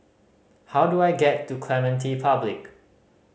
how do I get to Clementi Public